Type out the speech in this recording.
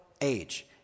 age